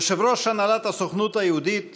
יושב-ראש הנהלת הסוכנות היהודית